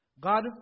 God